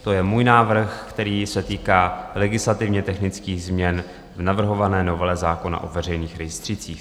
To je můj návrh, který se týká legislativně technických změn v navrhované novele zákona o veřejných rejstřících.